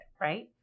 right